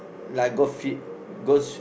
like go fit goes uh